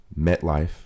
MetLife